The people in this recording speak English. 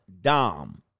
dom